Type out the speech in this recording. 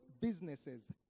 businesses